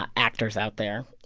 ah actors out there